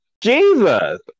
Jesus